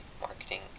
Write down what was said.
marketing